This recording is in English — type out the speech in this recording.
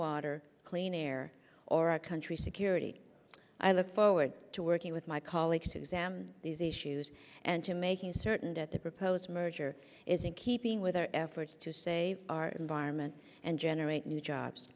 water clean air or a country security i look forward to working with my colleagues to examine these issues and to making certain that the proposed merger is in keeping with our efforts to save our environment and generate new jobs